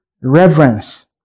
reverence